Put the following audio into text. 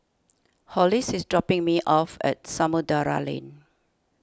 Hollis is dropping me off at Samudera Lane